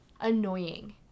annoying